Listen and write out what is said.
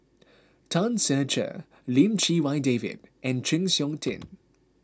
Tan Ser Cher Lim Chee Wai David and Chng Seok Tin